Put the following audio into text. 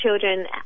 children